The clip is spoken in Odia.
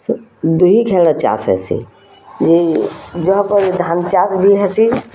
ସ ଦୁଇ ଖେଳ୍ ଚାଷ୍ ହେସି ଇ ଯହ କରି ଧାନ୍ ଚାଷ୍ ବି ହେସି